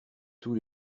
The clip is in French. tous